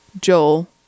Joel